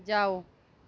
जाओ